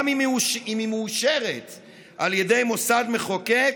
גם אם היא מאושרת על ידי מוסד מחוקק,